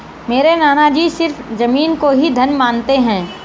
मेरे नाना जी सिर्फ जमीन को ही धन मानते हैं